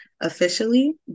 officially